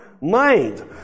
mind